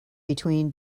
between